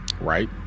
Right